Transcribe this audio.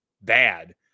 bad